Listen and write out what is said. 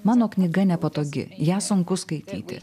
mano knyga nepatogi ją sunku skaityti